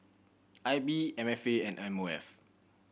I B M F A and M O F